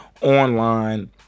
online